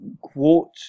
quote